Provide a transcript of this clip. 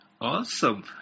Awesome